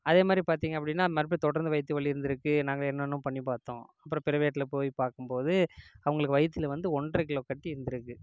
அதே மாதிரி பார்த்தீங்க அப்படின்னா மறுபடி தொடர்ந்து வயிற்று வலி இருந்திருக்கு நாங்கள் என்னன்னோ பண்ணி பார்த்தோம் அப்பறம் பிரைவேட்ல போய் பார்க்கும்போது அவங்களுக்கு வயிற்றுல வந்து ஒன்றரை கிலோ கட்டி இருந்திருக்கு